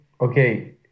okay